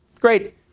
Great